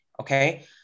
okay